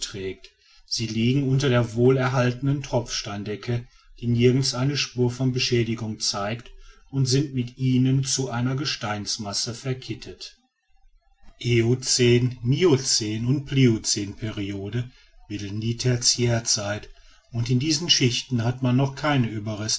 sie liegen unter der wohlerhaltenen tropfsteindecke die nirgends eine spur von beschädigung zeigt und sind mit ihnen zu einer gesteinsmasse verkittet eocän miocän und pliocänperiode bilden die tertiärzeit und in diesen schichten hat man noch keine